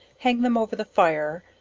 hang them over the fire,